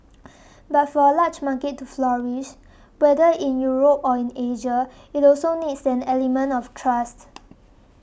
but for a large market to flourish whether in Europe or in Asia it also needs an element of trust